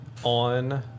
on